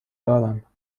دارم